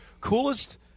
coolest